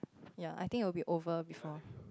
ya I think will be over before